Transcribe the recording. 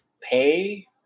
pay